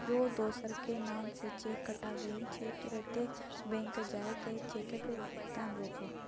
यौ दोसरक नाम सँ चेक कटा गेल छै तुरते बैंक जाए कय चेकक भोगतान रोकु